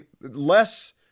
less